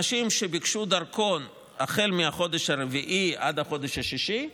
אנשים שביקשו דרכון החל מהחודש הרביעי עד החודש השישי,